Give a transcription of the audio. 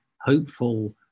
hopeful